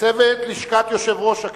ולצוות לשכת יושב-ראש הכנסת.